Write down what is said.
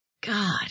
God